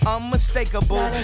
Unmistakable